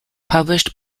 published